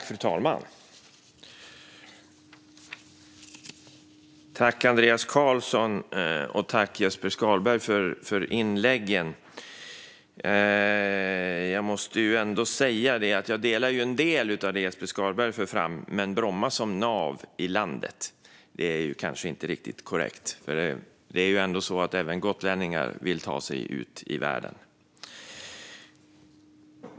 Fru talman! Tack, Andreas Carlson och Jesper Skalberg, för inläggen! Jag måste ändå säga att jag håller med om en del av det som Jesper Skalberg för fram. Men Bromma som nav i landet är kanske inte riktigt korrekt. Det är ändå så att även gotlänningar vill ta sig ut i världen.